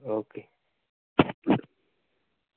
okay